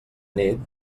nit